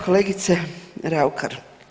Kolegice Raukar.